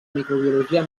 microbiologia